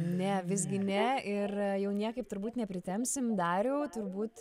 ne visgi ne ir jau niekaip turbūt nepritempsim dariau turbūt